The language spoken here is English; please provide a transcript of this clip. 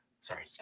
Sorry